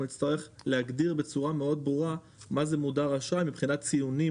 אנחנו נצטרך להגדיר בצורה מאוד ברורה מה זה מודר אשראי מבחינת ציונים